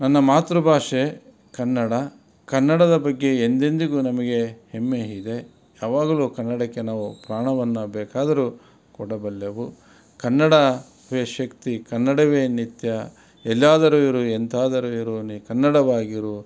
ನನ್ನ ಮಾತೃಭಾಷೆ ಕನ್ನಡ ಕನ್ನಡದ ಬಗ್ಗೆ ಎಂದೆಂದಿಗೂ ನಮಗೆ ಹೆಮ್ಮೆ ಇದೆ ಯಾವಾಗಲೂ ಕನ್ನಡಕ್ಕೆ ನಾವು ಪ್ರಾಣವನ್ನು ಬೇಕಾದರೂ ಕೊಡಬಲ್ಲೆವು ಕನ್ನಡವೇ ಶಕ್ತಿ ಕನ್ನಡವೇ ನಿತ್ಯ ಎಲ್ಲಾದರೂ ಇರು ಎಂತಾದರು ಇರು ನೀ ಕನ್ನಡವಾಗಿರು